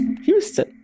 Houston